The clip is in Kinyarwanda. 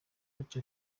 uwacu